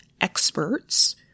Experts